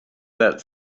that